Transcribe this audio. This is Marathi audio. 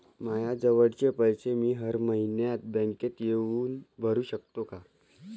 मायाजवळचे पैसे मी हर मइन्यात बँकेत येऊन भरू सकतो का?